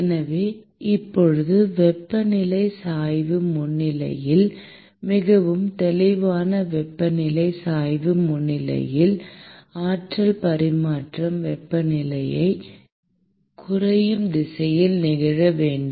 எனவே இப்போது வெப்பநிலை சாய்வு முன்னிலையில் மிகவும் தெளிவாக வெப்பநிலை சாய்வு முன்னிலையில் ஆற்றல் பரிமாற்றம் வெப்பநிலை குறையும் திசையில் நிகழ வேண்டும்